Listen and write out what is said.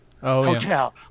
Hotel